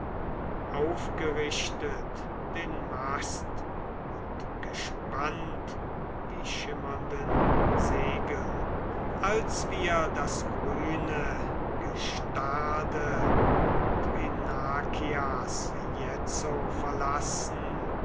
aufgerichtet den mast und gespannt die schimmern den segel als wir das grüne gestade thrinakias jetzo verlassen